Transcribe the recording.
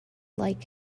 like